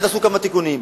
מייד עשו כמה תיקונים,